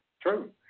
True